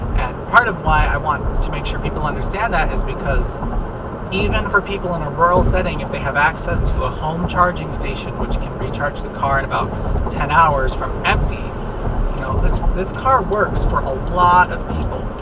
part of why i want to make sure people understand that is because even for people in a rural setting, if they have access to a home charging station which can recharge the car in about ten hours from empty. you know this this car works for a lot of people.